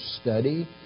study